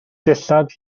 dillad